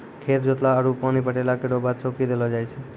खेत जोतला आरु पानी पटैला केरो बाद चौकी देलो जाय छै?